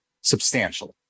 substantially